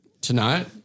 Tonight